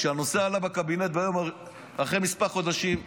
כשהנושא עלה בקבינט אחרי כמה חודשים,